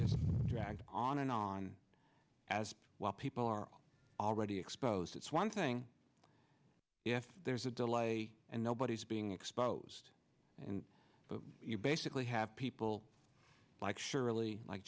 just drag on and on as well people are already exposed it's one thing if there's a delay and nobody's being exposed and you basically have people like surely like